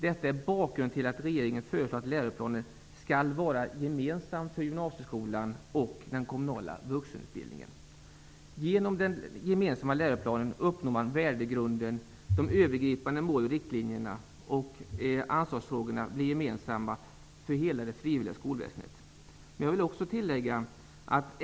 Detta är bakgrunden till att regeringen föreslår att läroplanen skall vara gemensam för gymnasieskolan och den kommunala vuxenutbildningen. Genom den gemensamma läroplanen uppnår man värdegrunden, och de övergripande målen, riktlinjerna och ansvarsfrågorna blir gemensamma för hela det frivilliga skolväsendet.